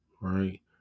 Right